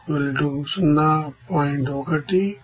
1 0